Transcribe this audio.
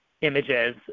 images